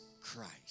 Christ